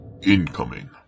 incoming